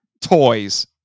toys